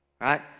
right